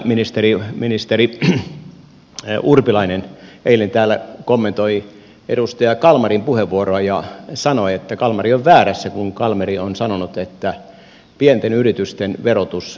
ministeri urpilainen eilen täällä kommentoi edustaja kalmarin puheenvuoroa ja sanoi että kalmari on väärässä kun kalmari on sanonut että pienten yritysten verotus ei kevene